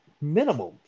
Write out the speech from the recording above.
minimum